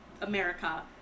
America